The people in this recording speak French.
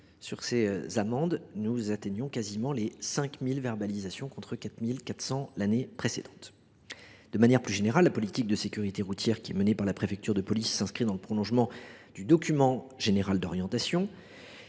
une hausse de 11,4 %, soit près de 5 000 verbalisations, contre 4 400 l’année précédente. De manière plus générale, la politique de sécurité routière qui est menée par la préfecture de police s’inscrit dans le prolongement du document général d’orientation